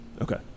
okay